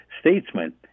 statesman